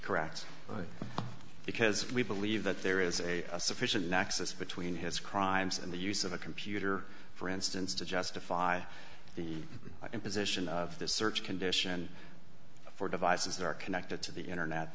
correct because we believe that there is a sufficient nexus between his crimes and the use of a computer for instance to justify the imposition of the search condition for devices that are connected to the internet